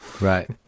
Right